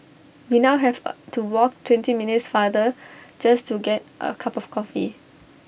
we now have A to walk twenty minutes farther just to get A cup of coffee